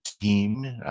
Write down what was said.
team